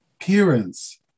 appearance